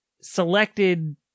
selected